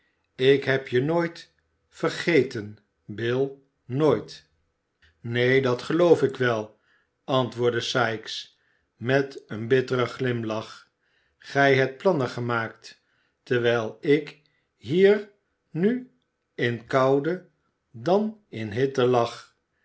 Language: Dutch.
ik heb je nooit vergeten bill nooit neen dat geloof ik wel antwoordde sikes met een bitteren g imlach gij hebt plannen gemaakt terwijl ik hier nu in koude dan in hitte lag